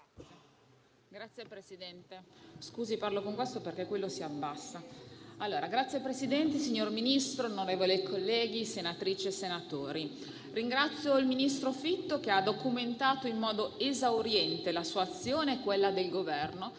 Signor Presidente, signor Ministro, onorevoli senatrici e senatori, ringrazio il ministro Fitto che ha documentato in modo esauriente la sua azione e quella del Governo